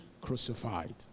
crucified